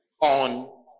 on